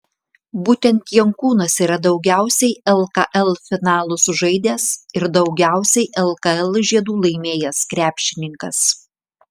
būtent jankūnas yra daugiausiai lkl finalų sužaidęs ir daugiausiai lkl žiedų laimėjęs krepšininkas